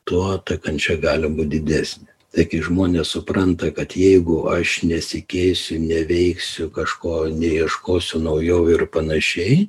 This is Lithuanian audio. tuo ta kančia gali būt didesnė tai kai žmonės supranta kad jeigu aš nesikeisiu neveiksiu kažko neieškosiu naujovių ir panašiai